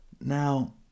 Now